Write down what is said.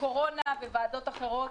בוועדת הקורונה ובוועדות אחרות.